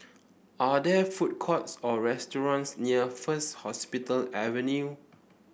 are there food courts or restaurants near First Hospital Avenue